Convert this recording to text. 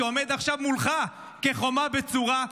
שעומד עכשיו מולך כחומה בצורה.